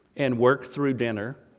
and work through dinner,